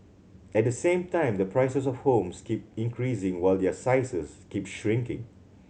at the same time the prices of homes keep increasing while their sizes keep shrinking